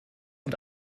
und